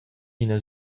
ina